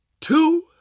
two